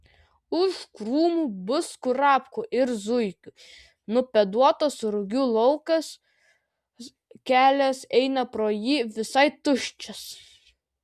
už krūmų bus kurapkų ir zuikių nupėduotas rugių laukas kelias eina pro jį visai tuščias